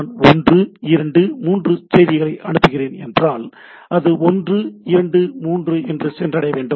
நான் ஒன்று இரண்டு மூன்று செய்திகளை அனுப்புகிறேன் என்றால் அது ஒன்று இரண்டு மூன்று என சென்றடைய வேண்டும்